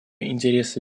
интересы